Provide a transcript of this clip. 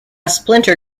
splinter